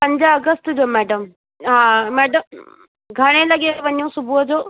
पंज अगस्ट जो मैडम हा मैडम घणे लॻे वञऊं सुबूह जो